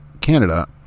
Canada